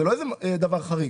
זה לא איזה דבר חריג.